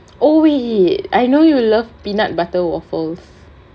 oh wait I know you love peanut butter waffles